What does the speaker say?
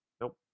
Nope